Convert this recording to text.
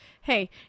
hey